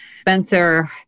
Spencer